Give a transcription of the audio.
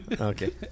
Okay